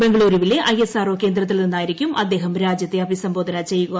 ബംഗളൂരുവിലെ ഐഎസ്ആർഒ കേന്ദ്രത്തിൽനിന്നായിരിക്കും അദ്ദേഹം രാജ്യത്തെ അഭിസംബോധന ചെയ്യുക